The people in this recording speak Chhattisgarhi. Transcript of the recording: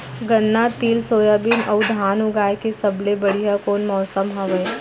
गन्ना, तिल, सोयाबीन अऊ धान उगाए के सबले बढ़िया कोन मौसम हवये?